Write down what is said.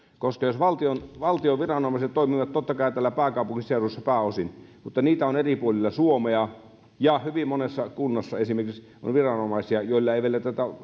koska valtion valtion viranomaiset toimivat totta kai täällä pääkaupunkiseudulla pääosin mutta niitä on eri puolilla suomea ja hyvin monessa kunnassa esimerkiksi on viranomaisia joilla ei vielä